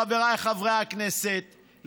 חבריי חברי הכנסת,